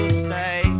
stay